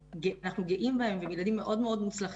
אנחנו גאים בהם והם ילדים מאוד מוצלחים